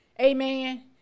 amen